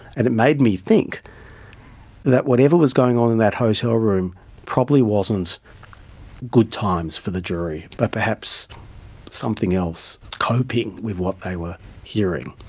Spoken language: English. and it made me think that whatever was going on in that hotel room probably wasn't good times for the jury but perhaps something else coping with what they were hearing.